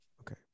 okay